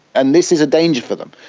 and this is a danger for them,